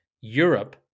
Europe